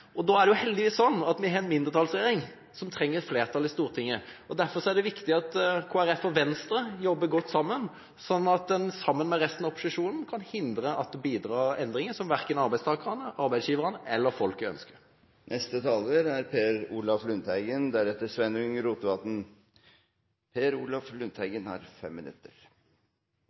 Da er det heldigvis sånn at vi har en mindretallsregjering som trenger flertall i Stortinget. Derfor er det viktig at Kristelig Folkeparti og Venstre jobber godt sammen, sånn at en sammen med resten av opposisjonen kan hindre at en bidrar til endringer som verken arbeidstakerne, arbeidsgiverne eller folket ønsker. Replikkordskiftet er